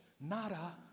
nada